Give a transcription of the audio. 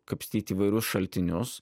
kapstyt įvairius šaltinius